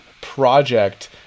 project